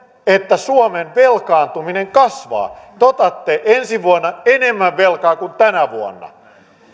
että suomen velkaantuminen kasvaa te otatte ensi vuonna enemmän velkaa kuin tänä vuonna